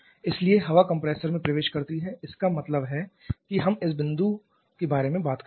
इसलिए हवा कंप्रेसर में प्रवेश करती है इसका मतलब है कि हम इस विशेष बिंदु के बारे में बात कर रहे हैं